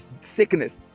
sickness